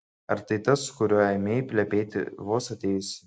ar tai tas su kuriuo ėmei plepėti vos atėjusi